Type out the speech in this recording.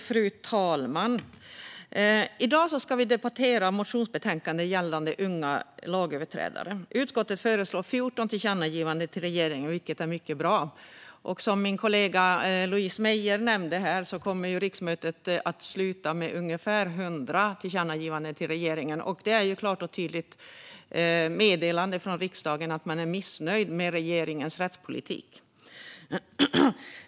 Fru talman! I dag debatterar vi ett motionsbetänkande gällande unga lagöverträdare. Utskottet föreslår 14 tillkännagivanden till regeringen, vilket är mycket bra. Som min kollega Louise Meijer nämnde kommer riksmötet att sluta med ungefär hundra tillkännagivanden till regeringen. Det är ett klart och tydligt meddelande från riksdagen om att man är missnöjd med regeringens rättspolitik.